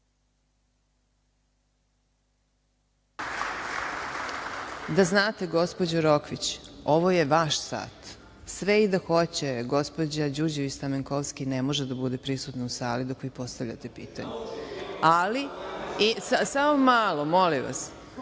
Da znate, gospođo Rokvić ovo je vaš sat. Sve i da hoće gospođa Đurđević Stamenkovski ne može da bude prisutna u sali, dok vi postavljate pitanja. Ali, samo malo, molim vas.